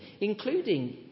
including